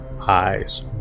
eyes